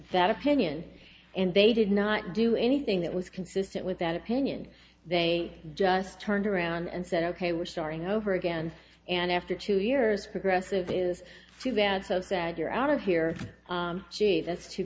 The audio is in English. that opinion and they did not do anything that was consistent with that opinion they just turned around and said ok we're starting over again and after two years progressive is too bad so sad you're out of here that's too